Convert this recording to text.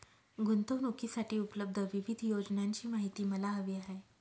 गुंतवणूकीसाठी उपलब्ध विविध योजनांची माहिती मला हवी आहे